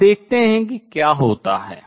अब देखते हैं कि क्या होता है